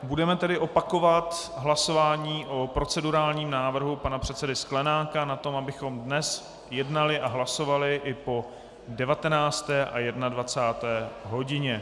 Budeme tedy opakovat hlasování o procedurálním návrhu pana předsedy Sklenáka o tom, abychom dnes jednali a hlasovali i po 19. a 21. hodině.